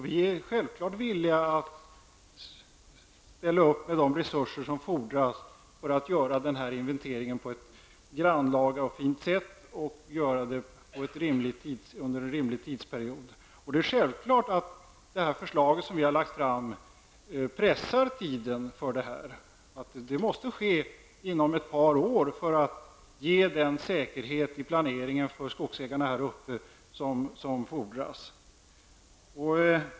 Vi är självfallet villiga att ställa upp med de resurser som fordras för att inventeringen skall kunna göras på ett grannlaga och fint sätt och under en rimlig tidsperiod. Det är självklart att det förslag vi har lagt fram pressar tiden. Inventeringen måste ske inom ett par år för att ge den säkerhet i planeringen för skogsägarna här uppe som fordras.